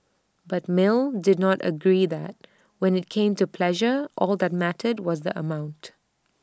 but mill did not agree that when IT came to pleasure all that mattered was the amount